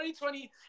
2020